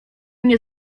nie